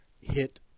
hit